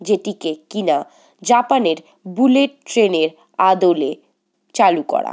যেটিকে কিনা জাপানের বুলেট ট্রেনের আদলে চালু করা